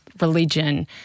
religion